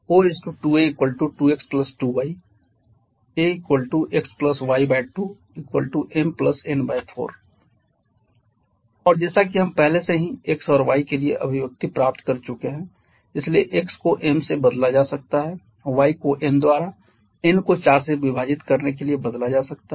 O 2a 2x 2y 🡺 a x y2 m n4 और जैसा कि हम पहले से ही x और y के लिए अभिव्यक्ति प्राप्त कर चुके हैं इसलिए x को m से बदला जा सकता है y को n द्वारा n को 4 से विभाजित करने के लिए बदला जा सकता है